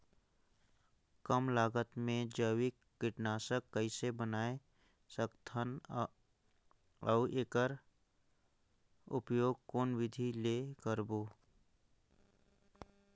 कम लागत मे जैविक कीटनाशक कइसे बनाय सकत हन अउ एकर उपयोग कौन विधि ले करबो?